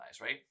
right